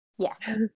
Yes